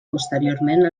posteriorment